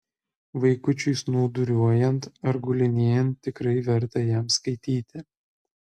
vaikučiui snūduriuojant ar gulinėjant tikrai verta jam skaityti